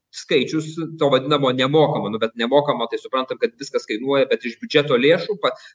skaičius to vadinamo nemokamo nu bet nemokamo tai suprantam kad viskas kainuoja bet iš biudžeto lėšų pats